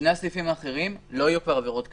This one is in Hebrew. בשני הסעיפים האחרים לא יהיו עבירות קנס.